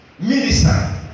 Minister